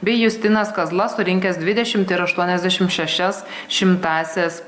bei justinas kazla surinkęs dvidešimt ir aštuoniasdešimt šešias šimtąsias